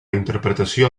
interpretació